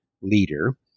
leader